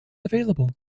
available